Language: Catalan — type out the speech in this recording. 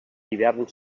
hivern